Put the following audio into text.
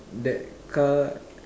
that car